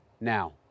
now